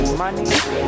money